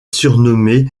surnommée